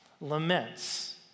Laments